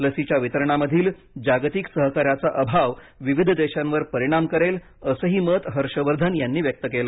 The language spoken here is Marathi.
लसींच्या वितरणाममधील जागतिक सहकार्याचा अभाव विविध देशांवर परिणाम करेल असंही मत हर्षवर्धन यांनी व्यक्त केलं